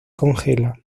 congela